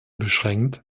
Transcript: beschränkt